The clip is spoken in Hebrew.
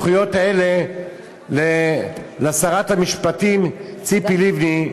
הסמכויות האלה לשרת המשפטים ציפי לבני,